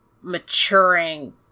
maturing